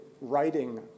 writing